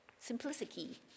Simplicity